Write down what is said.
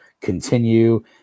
continue